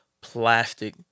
plastic